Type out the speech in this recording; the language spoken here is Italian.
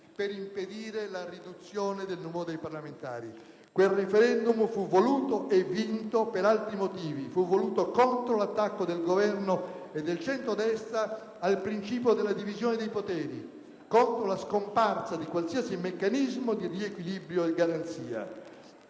per impedire la riduzione del numero dei parlamentari: quel *referendum* fu voluto e vinto per altri motivi, fu voluto contro l'attacco del Governo e del centrodestra al principio della divisione dei poteri, contro la scomparsa di qualsiasi meccanismo di riequilibrio e garanzia.